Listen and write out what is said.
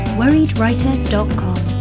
worriedwriter.com